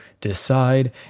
decide